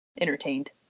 entertained